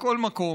בכל מקום.